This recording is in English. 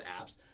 apps